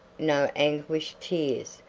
no anguished tears,